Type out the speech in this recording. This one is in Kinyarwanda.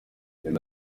gen